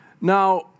Now